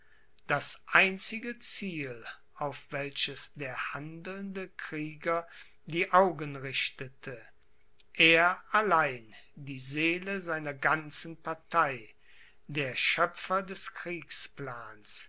das einzige ziel auf welches der handelnde krieger die augen richtete er allein die seele seiner ganzen partei der schöpfer des kriegsplans